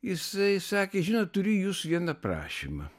jisai sakė žinot turiu į jus vieną prašymą